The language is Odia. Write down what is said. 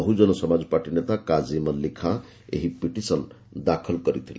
ବହୁଜନ ସମାଜ ପାର୍ଟି ନେତା କାଜିମ ଅଲ୍ଲୀ ଖାଁ ଏହି ପିଟିସନ୍ ଦାଖଲ କରିଥିଲେ